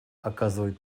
оказывает